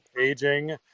aging